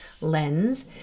lens